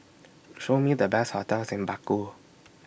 Show Me The Best hotels in Baku